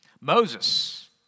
Moses